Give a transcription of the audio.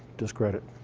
discredit.